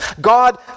God